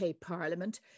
Parliament